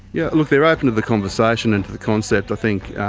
yeah look, they are open to the conversation and to the concept i think.